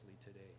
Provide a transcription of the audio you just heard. today